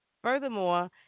Furthermore